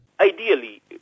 Ideally